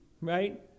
right